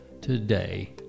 today